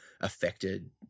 affected